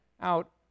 out